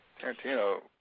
Tarantino